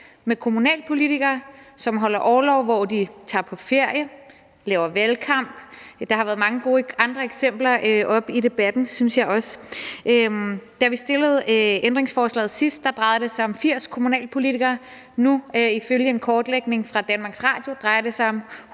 om kommunalpolitikere, som holder orlov, hvor de tager på ferie, laver valgkamp, ja, der har været mange andre eksempler oppe i debatten, synes jeg. Da vi stillede forslaget sidst, drejede det sig om 80 kommunalpolitikere. Nu drejer det sig ifølge en kortlægning af Danmarks Radio om